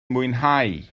mwynhau